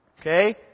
Okay